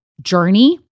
journey